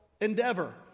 endeavor